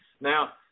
Now